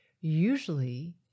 usually